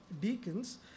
deacons